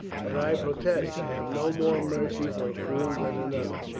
but i protest i have no more mercy for a fool than another.